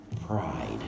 pride